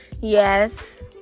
Yes